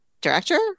Director